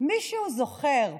אך לשופטי בג"ץ, ובראשם